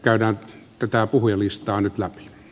käydään tätä puhujalistaa nyt läpi